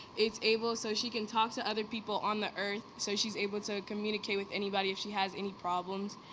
it's able, so she can talk to other people on the earth so she's able to communicate with anybody if she has any problems.